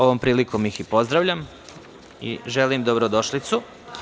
Ovom prilikom ih i pozdravljam i želim dobrodošlicu.